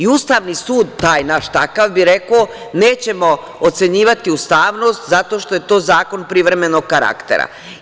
Ustavni sud, taj naš, takav, bi rekao – nećemo ocenjivati ustavnost zato što je to zakon privremenog karaktera.